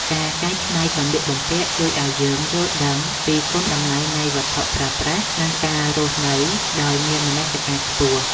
ការកែច្នៃសម្លៀកបំពាក់ជួយឱ្យយើងយល់ដឹងពីគុណតម្លៃនៃវត្ថុប្រើប្រាស់ និងការរស់នៅដោយមានមនសិការខ្ពស់។